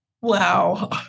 Wow